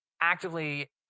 actively